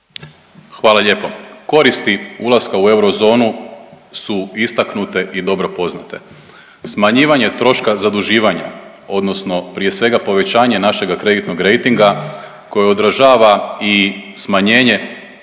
Hvala lijepo. Koristi ulaska u euro zonu su istaknute i dobro poznate. Smanjivanje troška zaduživanja, odnosno prije svega povećanje našega kreditnog rejtinga koji odražava i smanjenje